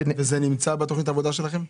וזה נמצא בתכנית עבודה שלכם?